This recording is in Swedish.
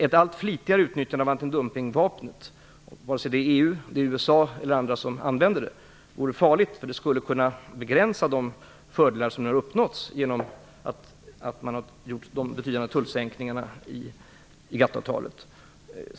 Ett allt flitigare utnyttjande av antidumpingvapnet - vare sig det är USA, EU eller andra som använder det - vore farligt. Det skulle kunna begränsa de fördelar som uppnåtts genom att man genomfört betydande tullsänkningar genom GATT-avtalet.